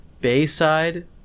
Bayside